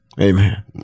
Amen